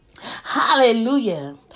hallelujah